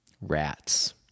Rats